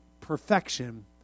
perfection